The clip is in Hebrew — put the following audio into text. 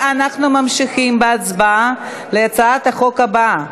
אנחנו ממשיכים בהצבעה, על הצעת החוק הבאה,